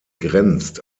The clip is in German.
grenzt